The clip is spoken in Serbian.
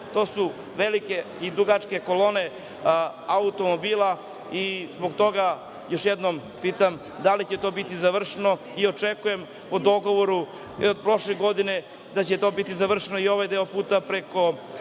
to su velike i dugačke kolone automobila. Zbog toga još jednom pitam da li će to biti završeno? Očekujem po dogovoru od prošle godine da će to biti završeno, i ovaj deo puta prema